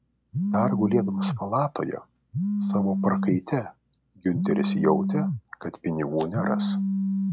dar gulėdamas palatoje savo prakaite giunteris jautė kad pinigų neras